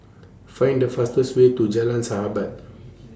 Find The fastest Way to Jalan Sahabat